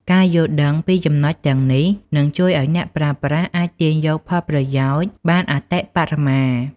ការយល់ដឹងពីចំណុចទាំងនេះនឹងជួយឱ្យអ្នកប្រើប្រាស់អាចទាញយកផលប្រយោជន៍បានអតិបរមា។